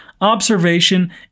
observation